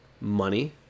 money